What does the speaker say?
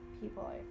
People